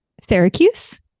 Syracuse